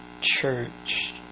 church